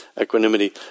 equanimity